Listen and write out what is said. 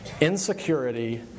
insecurity